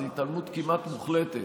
זה התעלמות כמעט מוחלטת,